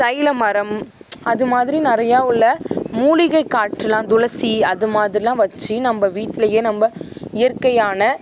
தைலமரம் அதுமாதிரி நிறையா உள்ள மூலிகை காற்றுலாம் துளசி அதுமாதிரிலாம் வைச்சி நம்ம வீட்லேயே நம்ம இயற்கையான